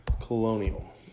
colonial